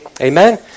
Amen